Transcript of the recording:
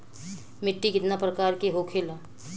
मिट्टी कितना प्रकार के होखेला?